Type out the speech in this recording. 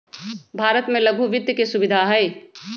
भारत में लघु वित्त के सुविधा हई